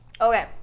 okay